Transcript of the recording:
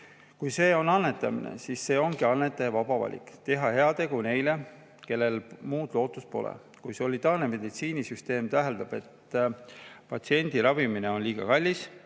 Kui see on annetamine, siis see ongi annetaja vaba valik – teha heategu neile, kellel muud lootust pole. Kui solidaarne meditsiinisüsteem täheldab, et patsiendi ravimine on liiga kallis,